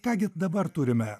ką gi dabar turime